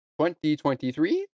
2023